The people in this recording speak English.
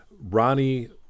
Ronnie